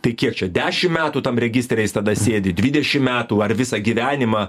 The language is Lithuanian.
tai kiek čia dešimt metų tam registre jis tada sėdi dvidešimt metų ar visą gyvenimą